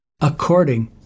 according